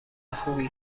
خوبی